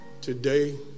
Today